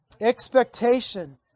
expectation